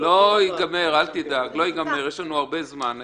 אל תדאג, לא ייגמר, יש לנו הרבה זמן היום.